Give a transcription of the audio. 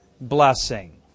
blessing